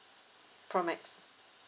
pro max